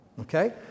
okay